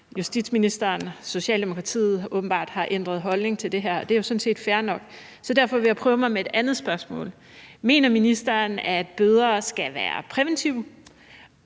justitsministeren og Socialdemokratiet åbenbart har ændret holdning til det her. Det er sådan set fair nok. Så derfor vil jeg prøve med et andet spørgsmål: Mener ministeren, at bøder skal være præventive?